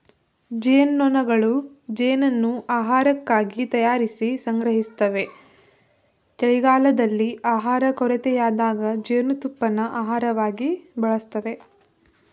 ಜೇನ್ನೊಣಗಳು ಜೇನನ್ನು ಆಹಾರಕ್ಕಾಗಿ ತಯಾರಿಸಿ ಸಂಗ್ರಹಿಸ್ತವೆ ಚಳಿಗಾಲದಲ್ಲಿ ಆಹಾರ ಕೊರತೆಯಾದಾಗ ಜೇನುತುಪ್ಪನ ಆಹಾರವಾಗಿ ಬಳಸ್ತವೆ